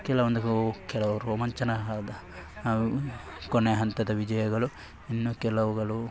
ಕೆಲವೊಂದು ಅವು ಕೆಲವು ರೋಮಾಂಚನ ಆದ ಕೊನೆಯ ಹಂತದ ವಿಜಯಗಳು ಇನ್ನು ಕೆಲವುಗಳು